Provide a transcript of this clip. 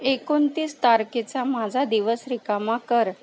एकोणतीस तारखेचा माझा दिवस रिकामा कर